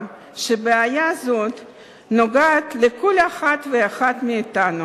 שהבעיה הזו נוגעת לכל אחד ואחת מאתנו,